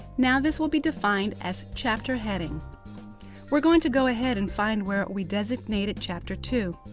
now this will be defined as chapter heading we're going to go ahead and find where we designated chapter two.